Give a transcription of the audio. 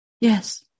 Yes